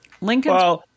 Lincoln